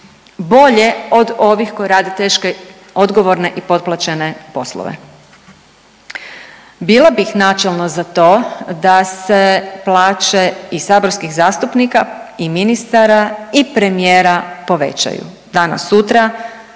bolje od ovih koji rade teške, odgovorne i potplaćene poslove. Bila bih načelno za to da se plaće i saborskih zastupnika i ministara i premijera povećaju. Danas sutra